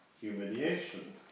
humiliation